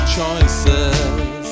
choices